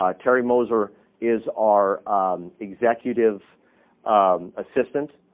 ah terry moser is our executive um assistant.